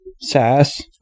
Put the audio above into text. Sass